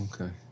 okay